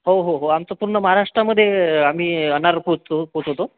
हो हो हो आमचं पूर्ण महाराष्ट्रामध्ये आम्ही अनार पोचव पोहोचवतो